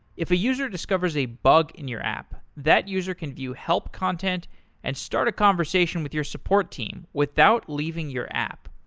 if a user discovers a bug in your app, that user can view help content and start a conversation with your support team without leaving your app.